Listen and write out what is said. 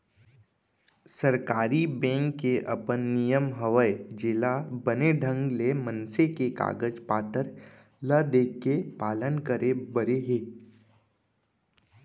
सरकारी बेंक के अपन नियम हवय जेला बने ढंग ले मनसे के कागज पातर ल देखके पालन करे बरे बर परथे